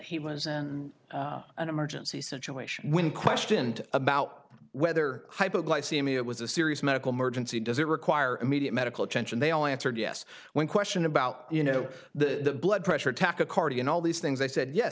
he was in an emergency situation when questioned about whether hypoglycemia was a serious medical emergency does it require immediate medical attention they all answered yes when question about you know the blood pressure attack accordion all these things i said yes